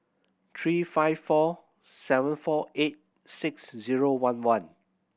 three five four seven four eight six zero one one